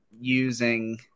using